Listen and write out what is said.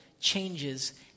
changes